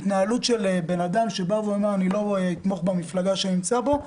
התנהלות של בן אדם שאומר: אני לא אתמוך במפלגה שאני נמצא בה,